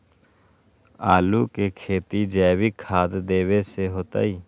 आलु के खेती जैविक खाध देवे से होतई?